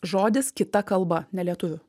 žodis kita kalba ne lietuvių